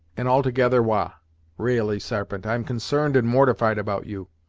and altogether wah ra'ally, sarpent, i'm consarned and mortified about you!